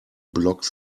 block